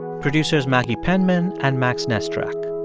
producers maggie penman and max nesterak.